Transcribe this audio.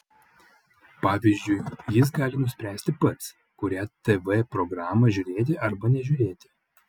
pavyzdžiui jis gali nuspręsti pats kurią tv programą žiūrėti arba nežiūrėti